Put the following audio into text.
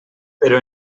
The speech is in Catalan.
però